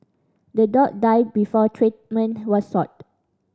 the dog died before treatment was sought